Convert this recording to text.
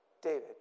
David